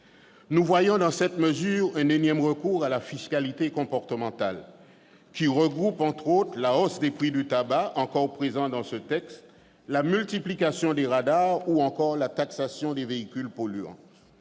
Nous voyons dans cette mesure un énième recours à la fiscalité comportementale, qui regroupe entre autres la hausse des prix du tabac, encore présente dans ce texte, la multiplication des radars ou encore la taxation des véhicules polluants.